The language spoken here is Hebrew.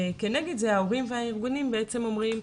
וכנגד זה ההורים והארגונים אומרים: